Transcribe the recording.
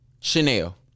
chanel